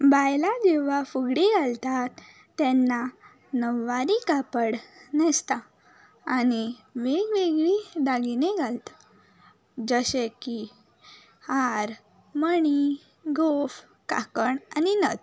बायलां देवळा फुगडी घालतात तेन्ना नव्वारी कापड न्हेंसता आनी वेग वेगळी दागिने घालता जशे की हार मणी गोफ कांकण आनी नथ